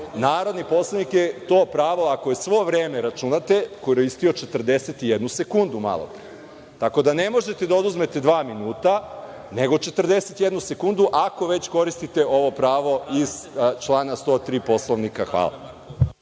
Narodni poslanik je to pravo, ako svo vreme računate, koristio 41 sekundu malopre, tako da ne možete da oduzmete dva minuta nego 41 sekundu, ako već koristite ovo pravo iz člana 103. Poslovnika. Hvala.